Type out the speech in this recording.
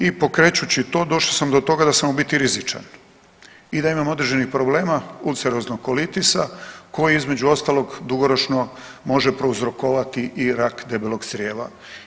I pokrećući to došao sam do toga da sam u biti rizičan i da imam određenih problema ulceroznog kolitisa koji između ostalog dugoročno može prouzrokovati i rak debelog crijeva.